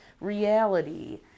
reality